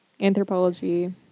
Anthropology